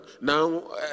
Now